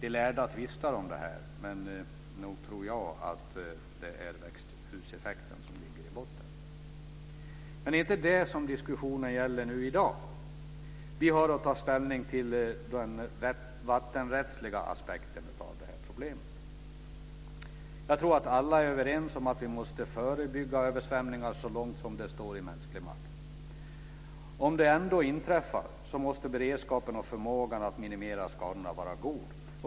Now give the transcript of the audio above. De lärde tvistar om det. Men nog tror jag att det är växthuseffekten som ligger i botten. Det är inte det som diskussionen gäller i dag. Vi har att ta ställning till den vattenrättsliga aspekten av problemet. Jag tror att alla är överens om att vi måste förebygga översvämningar så långt som det står i mänsklig makt. Om de ändå inträffar måste beredskapen och förmågan att minimera skadorna vara god.